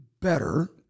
better